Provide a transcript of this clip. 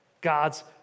God's